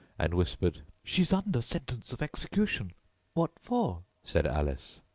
and whispered she's under sentence of execution what for said alice.